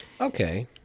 Okay